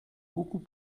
beaucoup